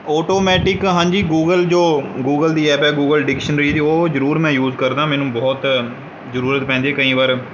automatic ਹਾਂਜੀ Google ਜੋ Google ਦੀ ਐਪ ਗੂਗਲ ਡਿਕਸ਼ਨਰੀ ਦੀ ਉਹ ਜ਼ਰੂਰ ਮੈ ਯੂਜ਼ ਕਰਦਾ ਮੈਨੂੰ ਬਹੁਤ ਜ਼ਰੂਰਤ ਪੈਂਦੀ ਕਈ ਵਾਰ